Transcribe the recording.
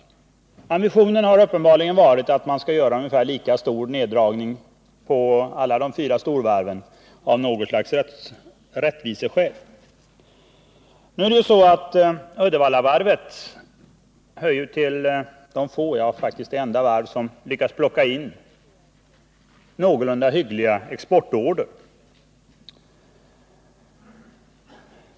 Av något slags rättviseskäl har ambitionen uppenbarligen varit att göra ungefär lika stor neddragning vid alla de fyra storvarven. Uddevallavarvet är dock faktiskt det enda varv som lyckats plocka in 143 någorlunda hyggliga exportorder.